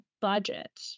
budget